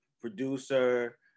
producer